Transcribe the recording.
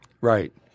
Right